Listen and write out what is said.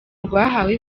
rwahawe